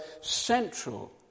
central